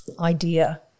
idea